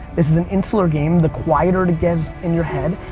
this is an insular game the quieter it gets in your head.